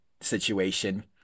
situation